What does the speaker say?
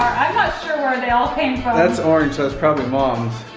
not sure where they all came from. that's orange, so it's probably mom's.